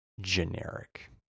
generic